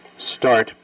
start